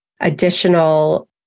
additional